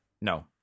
No